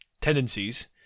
tendencies